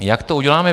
Jak to uděláme?